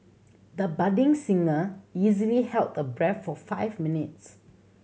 the budding singer easily held the breath for five minutes